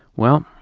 well,